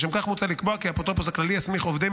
לשם כך מוצע לקבוע כי האפוטרופוס הכללי יסמיך עובדי